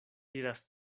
iras